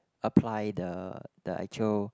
apply the the actual